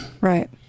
Right